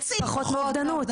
חצי מהאובדנות,